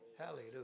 Hallelujah